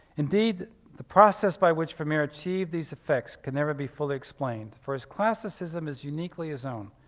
indeed, the process by which vermeer achieved these effects can never be fully explained for his classicism is uniquely his own,